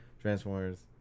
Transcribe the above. transformers